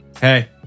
Hey